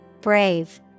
Brave